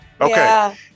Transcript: Okay